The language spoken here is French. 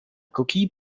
coquille